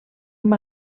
una